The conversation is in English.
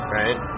right